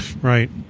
Right